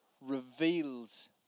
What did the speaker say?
reveals